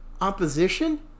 opposition